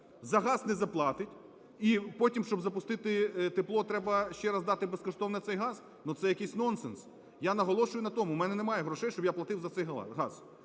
за газ не заплатить і потім, щоб запустити тепло, треба ще раз дати безкоштовно цей газ. Ну, це якийсь нонсенс. Я наголошую на тому, в мене немає грошей, щоб я платив за цей газ.